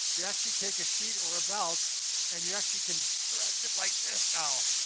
you actually take a sheet or a belt and you actually can stretch it like this now.